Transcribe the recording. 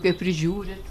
kaip prižiūrit